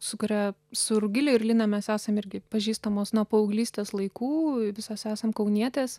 su kuria su rugile ir lina mes esam irgi pažįstamos nuo paauglystės laikų visos esam kaunietės